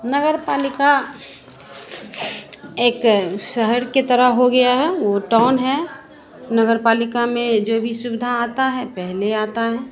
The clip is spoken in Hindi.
नगर पालिका एक शहर के तरह हो गया है वो टौन है नगर पालिका में जो भी सुविधा आता है पहले आता है